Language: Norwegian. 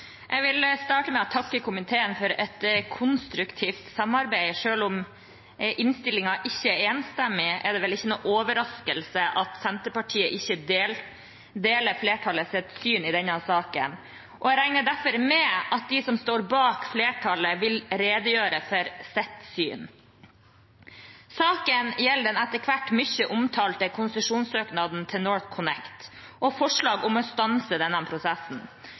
er vel ikke noen overraskelse at Senterpartiet ikke deler flertallets syn i denne saken. Jeg regner derfor med at de som står bak flertallet, vil redegjøre for sitt syn. Saken gjelder den etter hvert mye omtalte konsesjonssøknaden til NorthConnect og forslaget om å stanse denne prosessen.